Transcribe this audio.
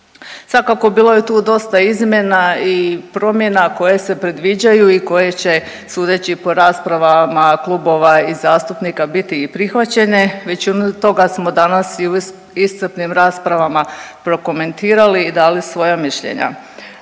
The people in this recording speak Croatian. Svakako, bilo je tu dosta izmjena i promjena koje se predviđaju i koje će sudeći po raspravama klubova i zastupnika biti i prihvaćene. Većinu toga smo danas i u iscrpnih raspravama prokomentirali i dali svoja mišljenja.